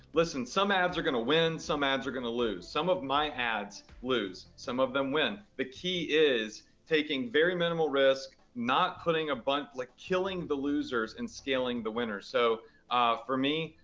listen, some ads are gonna win, some ads are gonna lose. some of my ads lose. some of them win. the key is taking very minimal risk, not putting a bunch, like killing the losers and scaling the winners. so for me,